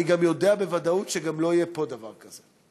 אני גם יודע בוודאות שגם לא יהיה פה דבר כזה.